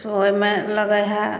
ओहिमे लगै हइ